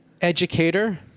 educator